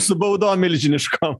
su baudom milžiniškom